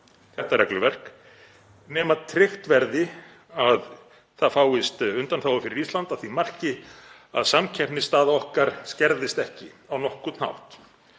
þetta regluverk nema tryggt verði að það fáist undanþága fyrir Ísland að því marki að samkeppnisstaða okkar skerðist ekki á nokkurn hátt.